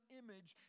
image